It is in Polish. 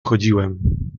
wchodziłem